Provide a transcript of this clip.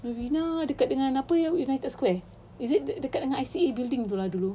novena dekat dengan apa united square is it dekat dengan I_C_A building tu lah dulu